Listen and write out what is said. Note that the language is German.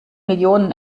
millionen